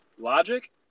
Logic